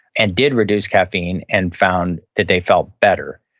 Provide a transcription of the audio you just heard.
and did reduce caffeine and found that they felt better.